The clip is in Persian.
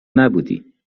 نبودی